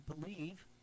believe